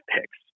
picks